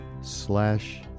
slash